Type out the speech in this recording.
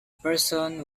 person